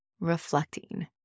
reflecting